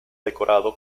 decorado